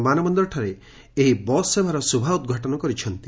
ବିମାନବନରଠାରେ ଏହି ବସ୍ ସେବାର ଶୁଭ ଉଦ୍ଘାଟନ କରିଛନ୍ତି